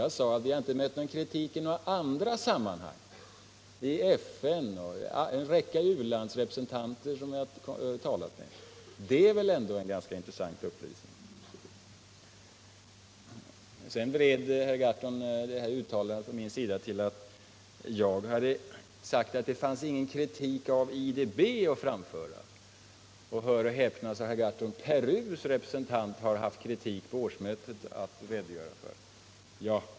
Jag sade att vi inte mött kritik i några andra sammanhang, i FN och bland en räcka u-landsrepresentanter som jag har talat med. Det är väl ändå en ganska intressant upplysning. Sedan vred herr Gahrton mitt uttalande till att jag sagt att det inte fanns någon kritik av IDB att framföra. Hör och häpna, sade herr Gahrton, Perus representant har haft kritik att redovisa på årsmötet!